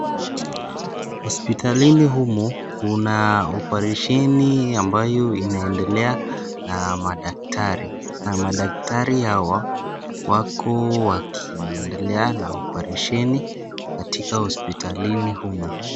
Hospitalini humu kuna operesheni ambayo inaendelea na madaktari. Na madaktari hawa wako wakiendelea na operesheni katika hospitalini humu.